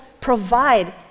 provide